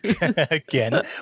again